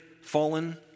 fallen